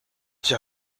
hier